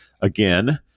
again